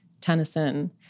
Tennyson